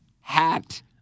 hat